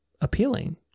appealing